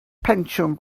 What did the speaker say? pensiwn